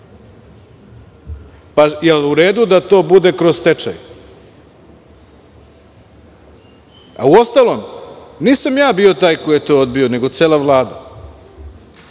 Da li je u redu da to bude kroz stečaj? Uostalom, nisam ja bio taj koji je to odbio, nego cela Vlada. Kada